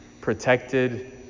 protected